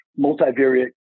multivariate